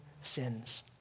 sins